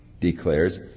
declares